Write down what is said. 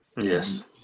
Yes